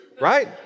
right